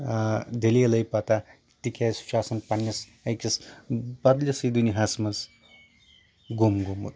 دٔلیٖلے پَتہ تِکیازِ سُہ چھُ آسان پَنٕنِس أکِس بدلِسٕے دُنیاہَس منٛز گُم گوٚومُت